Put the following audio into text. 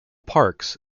parks